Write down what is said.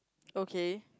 okay